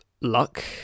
luck